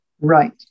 Right